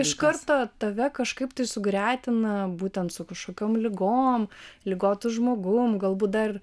iš karto tave kažkaip tai sugretina būtent su kažkokiom ligom ligotu žmogum galbūt dar